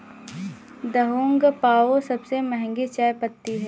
Da Hong Pao सबसे महंगी चाय पत्ती है